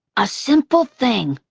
a simple thing